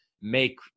make